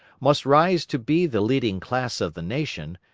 must rise to be the leading class of the nation,